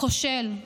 כושל.